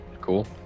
Cool